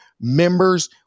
members